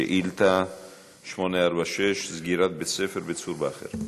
שאילתה 846: סגירת בית-ספר בצור באהר.